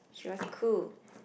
she was cool